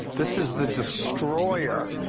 this is the destroyer.